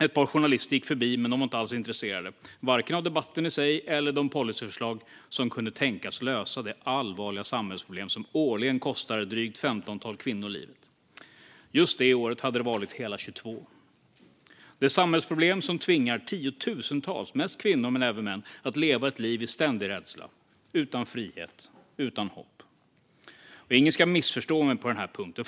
Ett par journalister gick förbi, men de var inte alls intresserade av vare sig debatten eller de policyförslag som kunde tänkas lösa det allvarliga samhällsproblem som årligen kostar ett drygt femtontal kvinnor livet. Just det året hade det varit hela 22. Det är ett samhällsproblem som tvingar tiotusentals mest kvinnor, men även män, att leva ett liv i ständig rädsla, utan frihet, utan hopp. Ingen ska missförstå mig på den här punkten.